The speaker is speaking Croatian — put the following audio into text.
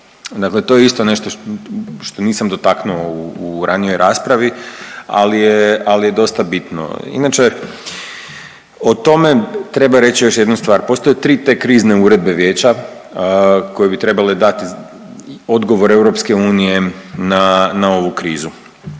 Dakle, to je isto nešto što nisam dotaknuo u ranijoj raspravi, ali je dosta bitno. Inače o tome treba reći još jednu stvar. Postoje tri te krizne uredbe Vijeća koje bi trebale dati odgovor EU na ovu krizu.